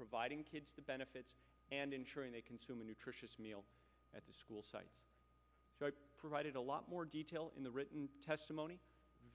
providing kids the benefits and ensuring the consumer nutritious meal at the school site provided a lot more detail in the written testimony